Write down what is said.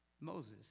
Moses